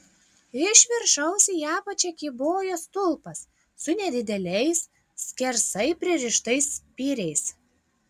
iš viršaus į apačią kybojo stulpas su nedideliais skersai pririštais spyriais